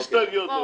לא הסתייגות.